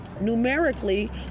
numerically